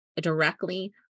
directly